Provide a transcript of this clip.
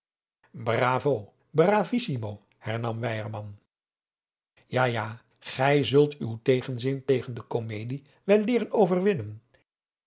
weyerman ja ja gij zult uw tegenzin tegen de komedie wel leeren overwinnen